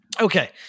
Okay